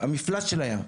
המפלס של הים.